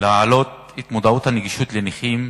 להעלות את המודעות לנגישות לנכים,